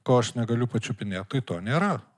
ko aš negaliu pačiupinėt tai to nėra